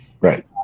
Right